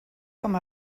com